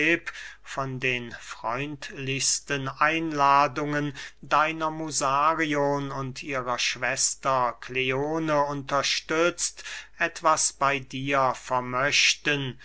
von den freundlichsten einladungen deiner musarion und ihrer schwester kleone unterstützt etwas bey dir vermöchten